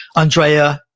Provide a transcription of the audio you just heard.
andrea,